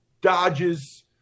dodges